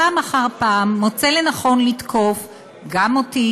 פעם אחר פעם מוצא לנכון לתקוף גם אותי